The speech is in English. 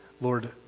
Lord